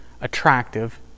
attractive